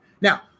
Now